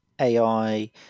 AI